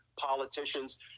politicians